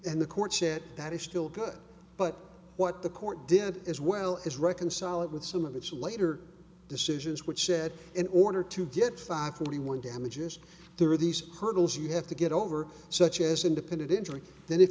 and the court said that is still good but what the court did as well as reconcile it with some of its later decisions which said in order to get five fifty one damages there are these hurdles you have to get over such as independent injury that if